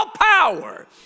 power